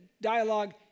dialogue